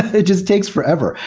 it just takes forever.